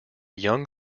young